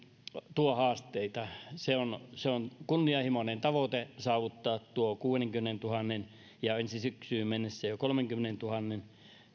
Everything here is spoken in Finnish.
tuo haasteita se on se on kunnianhimoinen tavoite saavuttaa tuo kuudenkymmenentuhannen ja ensi syksyyn mennessä jo kolmenkymmenentuhannen